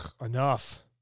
enough